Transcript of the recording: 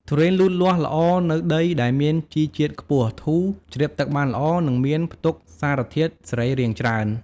ទុរេនលូតលាស់ល្អនៅដីដែលមានជីជាតិខ្ពស់ ធូរ ជ្រាបទឹកបានល្អ និងមានផ្ទុកសារធាតុសរីរាង្គច្រើន។